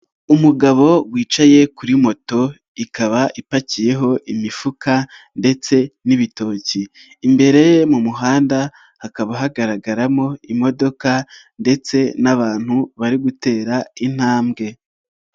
Umugabo wicaye kuri moto ikaba ipakiyeho imifuka ndetse n'ibitoki, imbere mu muhanda hakaba hagaragaramo imodoka ndetse n'abantu bari gutera intambwe.